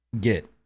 get